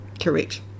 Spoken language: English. Correct